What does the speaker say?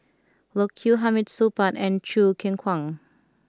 Loke Yew Hamid Supaat and Choo Keng Kwang